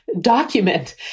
document